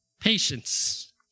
Patience